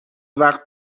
وقت